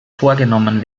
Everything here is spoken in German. vorgenommen